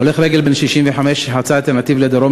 הולך רגל בן 65 שחצה את הנתיב לדרום